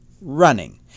Running